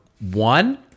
one